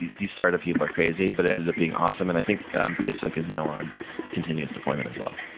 these these startup people are crazy, but ended up being awesome. and i think facebook is now on continuous deployment as well.